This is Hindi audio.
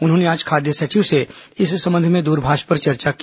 उन्होंने आज खाद्य सचिव से इस संबंध में दूरभाष पर चर्चा की